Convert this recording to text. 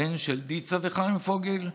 הבן של דיצה וחיים פוגל,